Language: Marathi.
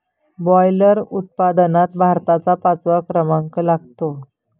बॉयलर उत्पादनात भारताचा पाचवा क्रमांक लागतो